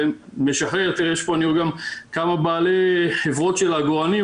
יש פה גם כמה בעלי חברות של עגורנים,